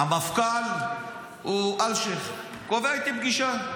המפכ"ל הוא אלשיך, הוא קובע איתי פגישה.